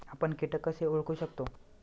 आपण कीटक कसे ओळखू शकतो?